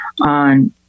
on